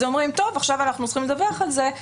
אז אומרים, טוב, עכשיו אנחנו צריכים לדווח על זה.